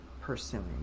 pursuing